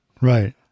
Right